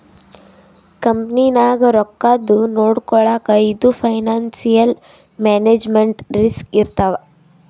ಕಂಪನಿನಾಗ್ ರೊಕ್ಕಾದು ನೊಡ್ಕೊಳಕ್ ಇದು ಫೈನಾನ್ಸಿಯಲ್ ಮ್ಯಾನೇಜ್ಮೆಂಟ್ ರಿಸ್ಕ್ ಇರ್ತದ್